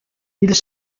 ils